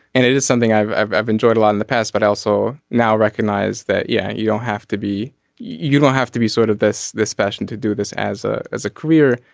and it is something i've i've i've enjoyed a lot in the past but i also now recognize that yeah you don't have to be you don't have to be sort of this this passion to do this as a as a career.